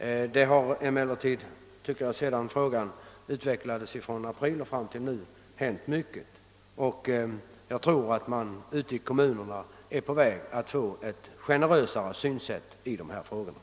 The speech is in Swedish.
Jag tycker emellertid att det under tiden från april och fram till i dag har hänt mycket i denna fråga, och jag tror att man ute i kommunerna är på väg att få ett generösare synsätt i dessa spörsmål.